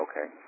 okay